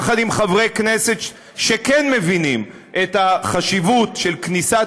יחד עם חברי כנסת שכן מבינים את החשיבות של כניסת